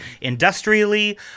industrially